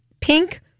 pink